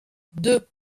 deux